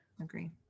agree